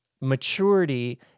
Maturity